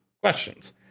questions